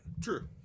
True